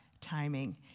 timing